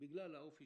בגלל האופי